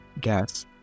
guess